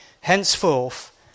Henceforth